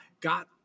got